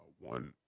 one